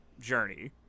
journey